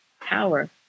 power